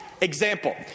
Example